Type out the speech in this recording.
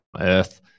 earth